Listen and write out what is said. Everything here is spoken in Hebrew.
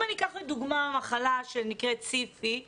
אם אני אקח לדוגמא מחלה שנקראת סי.אף,